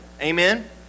Amen